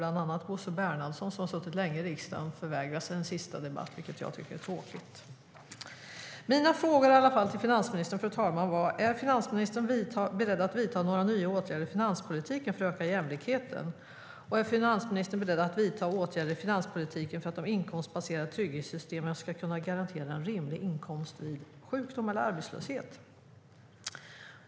Bland annat Bosse Bernhardsson, som har suttit länge i riksdagen, förvägras en sista debatt, vilket jag tycker är tråkigt. Mina frågor till finansministern, fru talman, var om finansministern är beredd att vidta några nya åtgärder i finanspolitiken för att öka jämlikheten och om finansministern är beredd att vidta åtgärder i finanspolitiken för att de inkomstbaserade trygghetssystemen ska kunna garantera en rimlig inkomst vid sjukdom eller arbetslöshet.